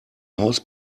haus